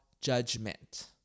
judgment